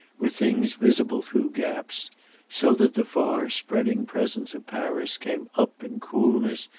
were things visible through gaps so that the far-spreading presence of paris came up in coolness,